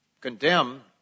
condemn